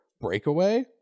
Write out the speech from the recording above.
Breakaway